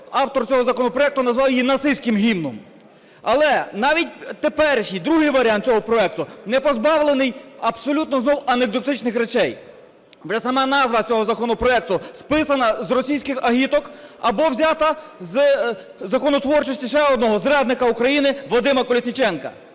автор цього законопроекту назвав його нацистським гімном. Але навіть теперішній, другий варіант цього проекту, не позбавлений абсолютно знову анекдотичних речей. Вже сама назва цього законопроекту списана з російських агіток або взята з законотворчості ще одного зрадника України – Вадима Колесніченка.